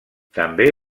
també